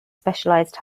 specialized